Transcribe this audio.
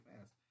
fast